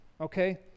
okay